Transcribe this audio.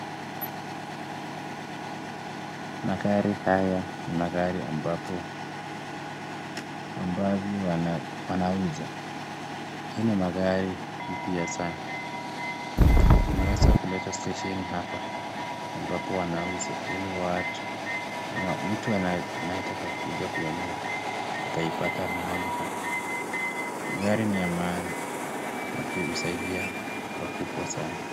Magari haya ni magari ambapo ambavyo wanauza. Hii ni magari mpya sana, imeweza kuletwa stesheni hapa ambapo wanauza ili watu ama mtu anayetaka kuja kununua ataipata mahali hapa. Gari ni ya maana na pia husaidia pakubwa sana.